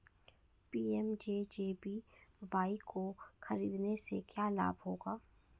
PMJJBY को खरीदने से क्या लाभ होगा?